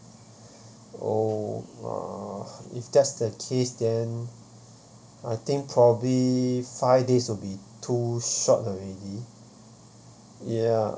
oh uh if that's the case then I think probably five days will be too short already ya